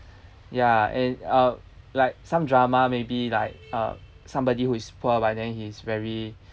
ya and uh like some drama maybe like uh somebody who is poor but then he's very